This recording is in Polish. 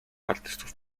artystów